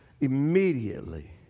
Immediately